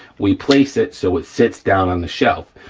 we place it, so it sits down on the shelf.